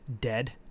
dead